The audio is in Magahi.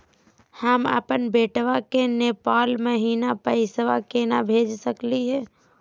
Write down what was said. हम अपन बेटवा के नेपाल महिना पैसवा केना भेज सकली हे?